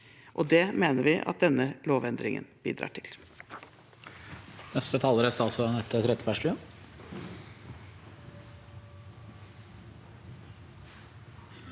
Det mener vi at denne lovendringen bidrar til.